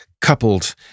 coupled